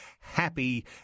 happy